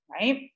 right